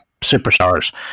superstars